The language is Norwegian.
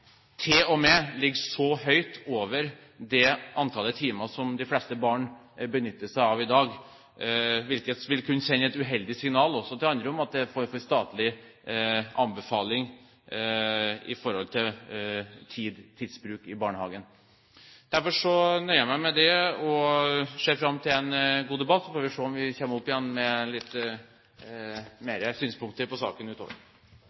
de fleste foreldre benytter seg av i dag – hvilket vil kunne sende et uheldig signal også til andre om at det er en statlig anbefaling når det gjelder tidsbruk i barnehagen. Derfor nøyer jeg meg med det og ser fram til en god debatt. Så får vi se om vi kommer opp med